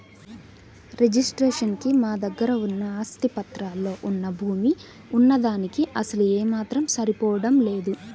registration కి మా దగ్గర ఉన్న ఆస్తి పత్రాల్లో వున్న భూమి వున్న దానికీ అసలు ఏమాత్రం సరిపోడం లేదు